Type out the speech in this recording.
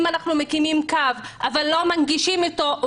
אם אנחנו מקימים קו אבל לא מנגישים אותו,